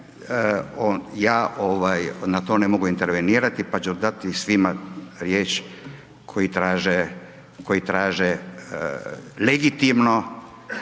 ja na to ne mogu intervenirati, pa ću dati svima riječ koji traže legitimno